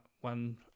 one